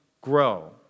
grow